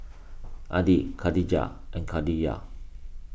Adi Katijah and Khadija